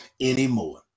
anymore